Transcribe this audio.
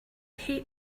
hate